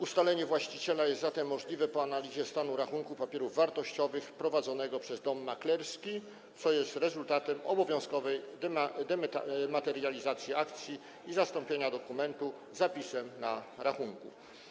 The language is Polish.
Ustalenie właściciela jest zatem możliwe po analizie stanu rachunku papierów wartościowych prowadzonego przez dom maklerski, co jest rezultatem obowiązkowej dematerializacji akcji i zastąpienia dokumentu zapisem na rachunku.